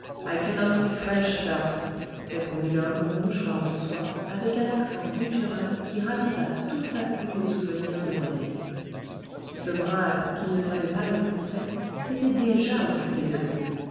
french sir répondit l'homme au mouchoir de soie avec un accent guttural qui raviva tout à coup les souvenirs de rené ce brave qui ne savait pas le français s'était déjà occupé de lui